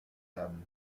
tables